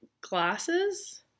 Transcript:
Glasses